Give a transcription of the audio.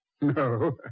no